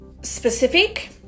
Specific